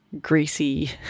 greasy